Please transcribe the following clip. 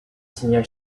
signal